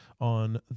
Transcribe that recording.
on